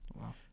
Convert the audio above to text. Wow